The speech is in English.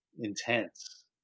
intense